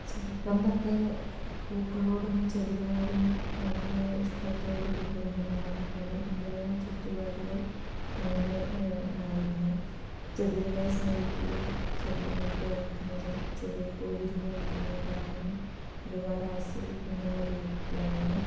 ചെറുപ്പം തൊട്ടേ പൂക്കളോടും ചെടികളോടും വളരെ ഇഷ്ടത്തോടുകൂടിയാണ് ഞാൻ വളർന്നത് എന്റെ ചുറ്റുപാടുകൾ അങ്ങനെ ആയിരുന്നു ചെടികളെ സ്നേഹിക്കുകയും ചെടികൾ നട്ടുവളർത്തുന്നതും ചെടിയിൽ പൂവിരിഞ്ഞു നിൽക്കുന്നത് കാണാനും ഒരുപാട് ആസ്വദിക്കുന്ന ഒരു വ്യക്തിയാണ് ഞാൻ